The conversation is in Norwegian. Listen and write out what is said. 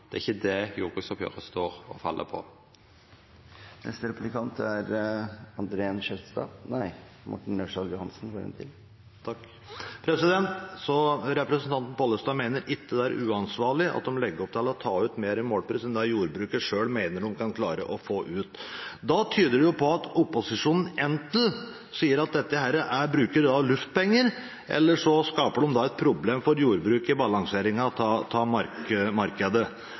Pollestad mener ikke at det er uansvarlig at man legger opp til å ta ut mer i målpris enn det jordbruket selv mener de kan klare å få ut. Da tyder jo det på at opposisjonen enten bruker luftpenger, eller så skaper de et problem for jordbruket i balanseringen av